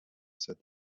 said